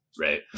right